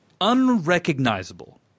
Unrecognizable